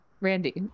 randy